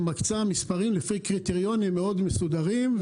שמקצה מספרים לפי קריטריונים מאוד מסודרים.